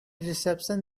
reception